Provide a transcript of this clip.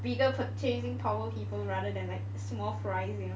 bigger purchasing power people rather than like small fries you know